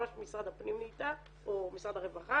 ממש משרד הפנים נהייתה או משרד הרווחה,